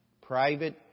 private